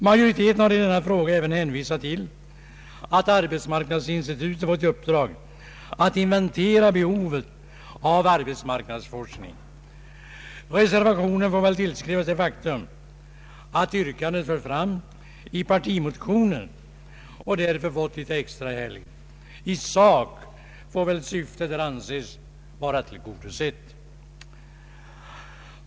Majoriteten har i denna fråga även hänvisat till att arbetsmarknadsinstitutet fått i uppdrag att inventera behovet av arbetsmarknadsforskning. Reservationen får väl tillskrivas det faktum att yrkandet förts fram i partimotionen och därför fått litet extra helgd. I sak får väl syftet även här anses tillgodosett.